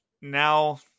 Now